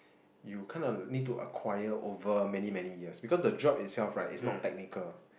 you kind of need to acquire over many many years because the job itself right is not technical